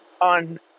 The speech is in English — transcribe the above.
on